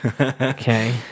okay